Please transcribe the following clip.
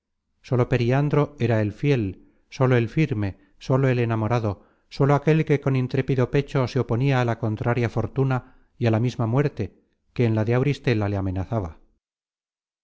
solo periandro era el fiel solo el firme solo el enamorado solo aquel que con intrépido pecho se oponia a la contraria fortuna y á la misma muerte que en la de auristela le amenazaba